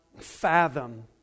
fathom